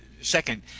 Second